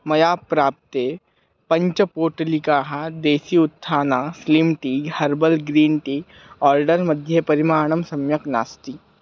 मया प्राप्ताः पञ्चपोटलिकाः देसी उत्थानं slim tea herbal green tea आर्डर्मध्ये परिमाणं सम्यक् नास्ति